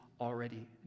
already